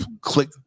click